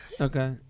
Okay